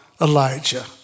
Elijah